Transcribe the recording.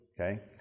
Okay